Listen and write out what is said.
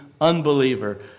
unbeliever